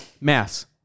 Mass